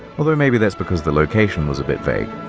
although, maybe that's because the location was a bit vague.